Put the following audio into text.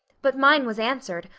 but mine was answered,